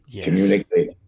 communicate